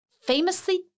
famously